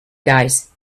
guys